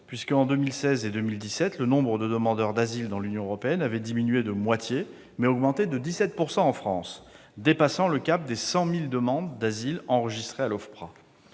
Entre 2016 et 2017, le nombre de demandeurs d'asile dans l'Union européenne a diminué de moitié, mais il a augmenté de 17 % en France, dépassant le cap des 100 000 demandes d'asile enregistrées à l'OFPRA.